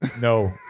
No